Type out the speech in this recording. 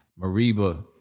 Mariba